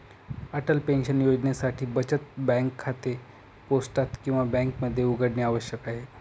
Atal pension योजनेसाठी बचत bank खाते पोस्टात किंवा बँकेमध्ये उघडणे आवश्यक आहे